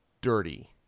dirty